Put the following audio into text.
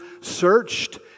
searched